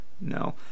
no